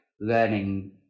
learning